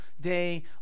day